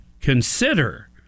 consider